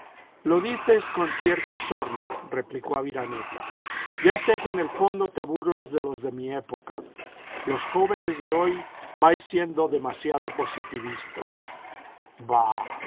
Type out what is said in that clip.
lo dices con cierta sorna replicó aviraneta ya sé que en el fondo te burlas de los de mi época los jóvenes de hoy vais siendo demasiado positivistas jbah